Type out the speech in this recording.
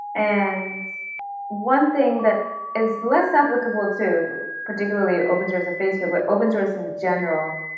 and one thing that is less applicable to, particularly, open-source a facebook but open-source in general,